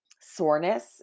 soreness